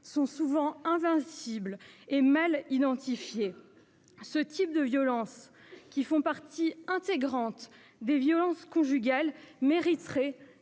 sont souvent invisibles et mal identifiées. Ce type de comportement, qui fait partie intégrante des violences conjugales, mériterait